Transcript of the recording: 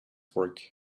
work